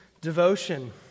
devotion